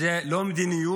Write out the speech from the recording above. זו לא מדיניות.